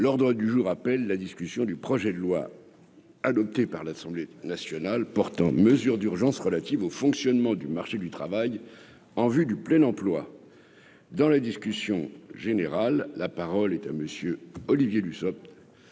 L'ordre du jour appelle la discussion du projet de loi. Adopté par l'Assemblée nationale portant mesures d'urgence relatives au fonctionnement du marché du travail en vue du plein emploi dans la discussion générale, la parole est à monsieur Olivier Dussopt